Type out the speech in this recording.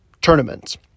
tournaments